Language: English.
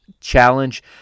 challenge